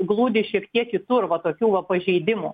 glūdi šiek tiek kitur va tokių va pažeidimų